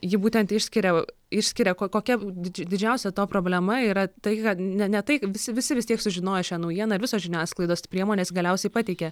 ji būtent išskiria išskiria ko kokia didži didžiausia to problema yra tai kad ne ne tai visi visi vis tiek sužinojo šią naujieną ir visos žiniasklaidos priemonės galiausiai pateikė